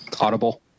Audible